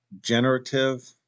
generative